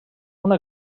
una